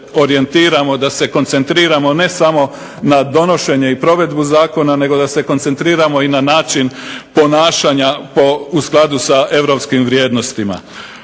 da se koncentriramo ne samo na donošenje i provedbu zakona nego da se koncentriramo i na način ponašanja u skladu s europskim vrijednostima.